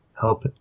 help